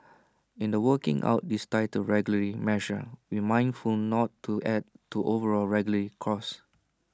in the working out these tighter regulatory measures we're mindful not to add to overall regulatory costs